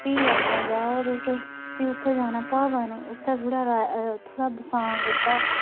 फ्ही अग्गें जाओ तुस फ्ही उत्थें जाना भवन उत्थें थोह्ड़ा थोह्ड़ा बसां कीता